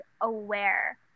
aware